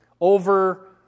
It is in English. over